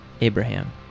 Abraham